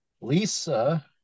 Lisa